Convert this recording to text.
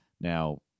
now